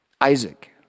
Isaac